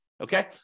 okay